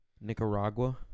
Nicaragua